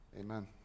Amen